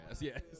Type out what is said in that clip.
Yes